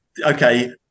okay